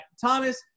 Thomas